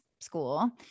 school